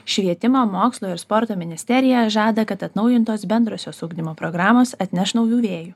švietimo mokslo ir sporto ministerija žada kad atnaujintos bendrosios ugdymo programos atneš naujų vėjų